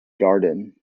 garden